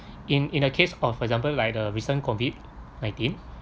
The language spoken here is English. in in a case for example like the recent COVID nineteen